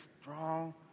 strong